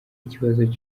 ikibazo